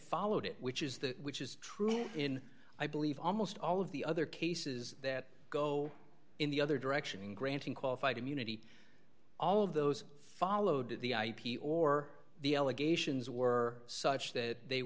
followed it which is that which is true in i believe almost all of the other cases that go in the other direction in granting qualified immunity all of those followed the ip or the allegations were such that they